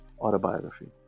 autobiography